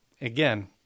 again